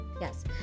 yes